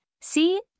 See